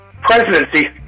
presidency